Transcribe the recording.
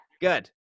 Good